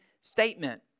statement